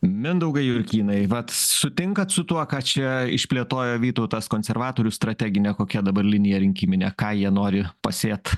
mindaugai jurkynai vat sutinkat su tuo ką čia išplėtojo vytautas konservatorių strateginė kokia dabar linija rinkiminė ką jie nori pasėt